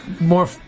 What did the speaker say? more